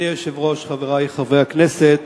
אדוני היושב-ראש, חברי חברי הכנסת,